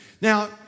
Now